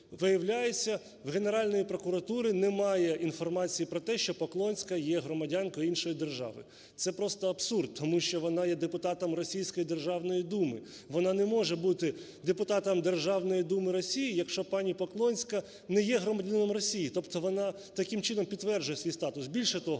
Виявляється, в Генеральної прокуратури немає інформації про те, що Поклонська є громадянкою іншої держави. Це просто абсурд, тому що вона є депутатом російської Державної Думи, вона не може бути депутатом Державної Думи Росії, якщо пані Поклонська не є громадянином Росії. Тобто вона таким чином підтверджує свій статус. Більше того,